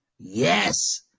Yes